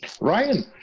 Ryan